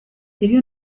ibyo